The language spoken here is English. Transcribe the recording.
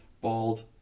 Bald